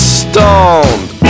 stoned